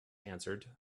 answered